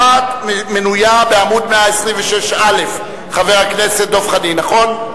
אחת מנויה בעמוד 126א', חבר הכנסת דב חנין, נכון?